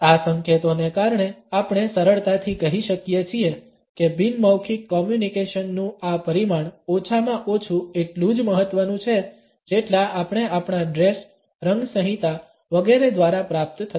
આ સંકેતોને કારણે આપણે સરળતાથી કહી શકીએ છીએ કે બિન મૌખિક કોમ્યુનિકેશનનું આ પરિમાણ ઓછામાં ઓછું એટલું જ મહત્વનું છે જેટલાં આપણે આપણા ડ્રેસ રંગ સંહિતા વગેરે દ્વારા પ્રાપ્ત થતા